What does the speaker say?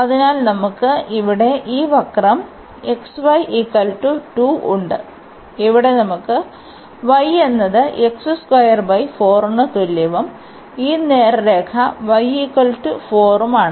അതിനാൽ നമുക്ക് ഇവിടെ ഈ വക്രം xy 2 ഉണ്ട് ഇവിടെ നമുക്ക് y എന്നത് ന് തുല്യവും ഈ നേർരേഖ y 4 മാണ്